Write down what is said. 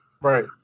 Right